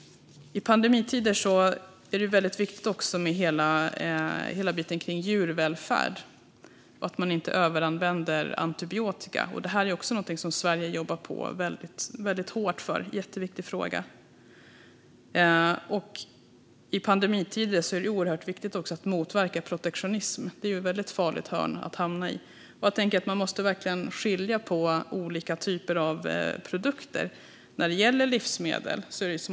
I pandemitider är det viktigt att ta med frågan om djurvälfärd - att inte överanvända antibiotika. Det här är också en jätteviktig fråga som Sverige jobbar hårt för. I pandemitider är det också viktigt att motverka protektionism. Det är ett mycket farligt hörn att hamna i. Man måste verkligen skilja på olika typer av produkter.